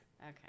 Okay